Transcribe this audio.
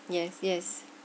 yes yes